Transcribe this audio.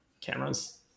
cameras